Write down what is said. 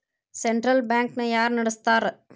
Central bank ನ ಯಾರ್ ನಡಸ್ತಾರ?